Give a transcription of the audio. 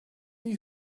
you